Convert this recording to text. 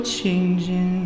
changing